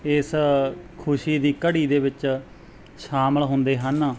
ਇਸ ਖੁਸ਼ੀ ਦੀ ਘੜੀ ਦੇ ਵਿੱਚ ਸ਼ਾਮਿਲ ਹੁੰਦੇ ਹਨ